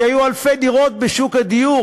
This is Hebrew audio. כי היו אלפי דירות בשוק הדיור,